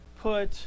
put